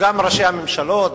גם ראשי הממשלות,